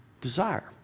desire